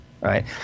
right